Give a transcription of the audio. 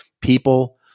people